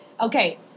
okay